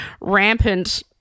rampant